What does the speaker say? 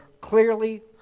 clearly